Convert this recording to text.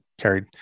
carried